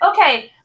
Okay